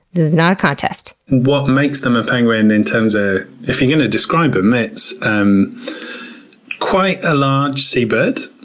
this is not a contest. what makes them a penguin in terms of, if you're going to describe them, it's um quite a large seabird.